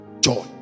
Joy